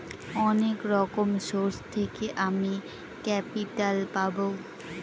অনেক রকম সোর্স থেকে আমি ক্যাপিটাল পাবো